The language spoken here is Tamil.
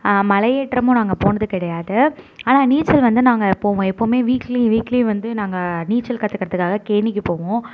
மலையேற்றமும் நாங்கள் போனது கிடையாது ஆனால் நீச்சல் வந்து நாங்கள் போவோம் எப்போவுமே எப்போதுமே வீக்லி வீக்லி வந்து நாங்கள் நீச்சல் கற்றுக்குறதுக்காக கேணிக்கு போவோம்